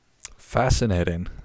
Fascinating